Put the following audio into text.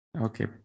Okay